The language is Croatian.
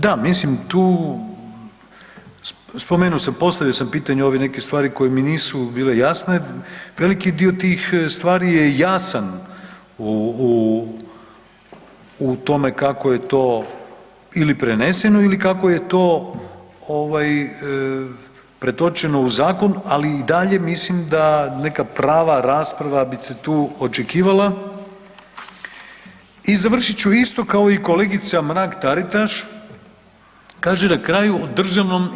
Da, mislim tu, spomenuo sam, postavio sam pitanje ove neke stvari koje mi nisu bile jasne, veliki dio tih stvari je jasan u tome kako je to ili preneseno ili kako je to pretočeno u zakon, ali i dalje mislim da neka prava rasprava bi se tu očekivala i završit ću isto kao i kolegica Mrak-Taritaš, kaže na kraju o DIRH-u.